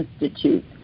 Institute